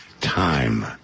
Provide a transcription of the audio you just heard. Time